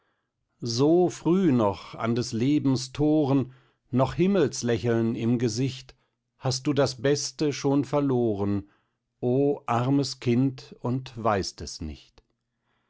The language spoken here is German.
so früh noch an des lebens toren noch himmelslächeln im gesicht hast du das beste schon verloren o armes kind und weißt es nicht